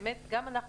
גם אנחנו,